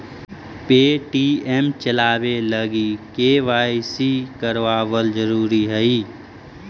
Paytm चलाबे लागी KYC करबाबल जरूरी हई